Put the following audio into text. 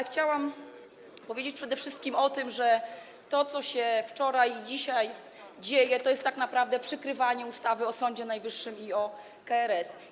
Chciałabym powiedzieć przede wszystkim o tym, że to, co się wczoraj i dzisiaj dzieje, to jest tak naprawdę przykrywanie ustaw o Sądzie Najwyższym i o KRS.